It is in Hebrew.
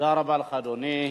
תודה רבה לך, אדוני.